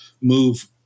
move